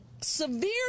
severe